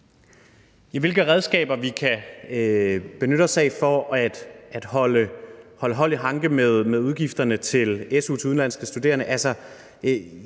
hvilke redskaber vi kan benytte os af for at have hånd i hanke med udgifterne til su til udenlandske studerende.